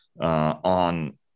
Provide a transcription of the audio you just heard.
on